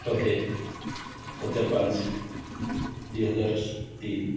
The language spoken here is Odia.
ଶହେ ହଜାର ପାଞ୍ଚ ଦୁଇ ହଜାର ତିନି